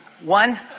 One